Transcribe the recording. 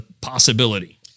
possibility